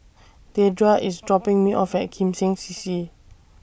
Dedra IS dropping Me off At Kim Seng C C